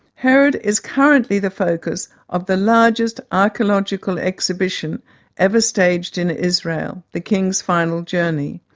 herod is currently the focus of the largest archaeological exhibition ever staged in israel, the king's final journey.